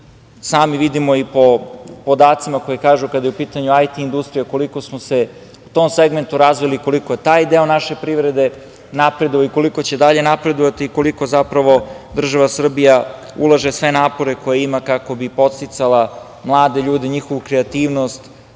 vidimo i po podacima koji kažu, kada je u pitanju IT industrija, koliko smo se u tom segmentu razvili, koliko je taj deo naše privrede napreduje i koliko će dalje napredovati i koliko zapravo država Srbija ulaže sve napore koje ima kako bi podsticala mlade ljude, njihovu kreativnost